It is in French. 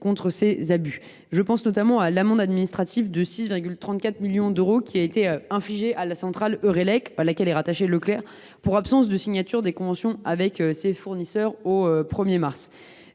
contre ces abus. Je pense d’abord à l’amende administrative de 6,34 millions d’euros qui a été infligée à Eurelec, à laquelle est rattaché Leclerc, pour absence de signature des conventions avec ses fournisseurs au 1 mars.